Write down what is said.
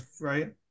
right